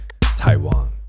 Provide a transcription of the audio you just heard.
Taiwan